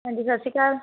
ਹਾਂਜੀ ਸਤਿ ਸ਼੍ਰੀ ਅਕਾਲ